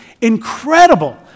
incredible